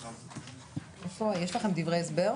אנחנו פותחים את ישיבת ועדת העבודה והרווחה,